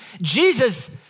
Jesus